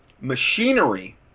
machinery